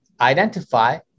identify